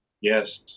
yes